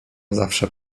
zawsze